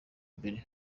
mbere